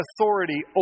authority